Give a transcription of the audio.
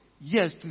Yes